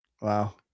Wow